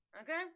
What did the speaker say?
Okay